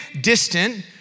distant